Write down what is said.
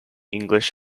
english